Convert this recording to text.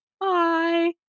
Bye